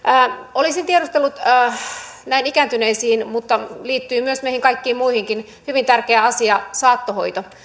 olisin tiedustellut liittyen ikääntyneisiin mutta liittyen myös meihin kaikkiin muihinkin hyvin tärkeä asia saattohoito